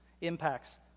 impacts